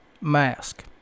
mask